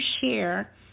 share